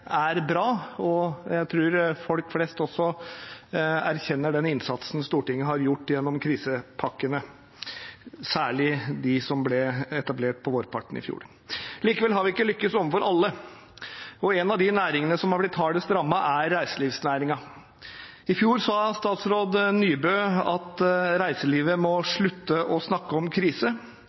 er bra. Jeg tror også at folk flest anerkjenner den innsatsen Stortinget har gjort gjennom krisepakkene, særlig de som ble etablert på vårparten i fjor. Likevel har vi ikke lyktes overfor alle. En av de næringene som har blitt hardest rammet, er reiselivsnæringen. I fjor sa statsråd Nybø at reiselivet måtte slutte å snakke om krise,